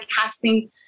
casting